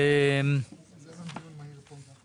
זה דיון מהיר.